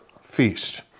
Feast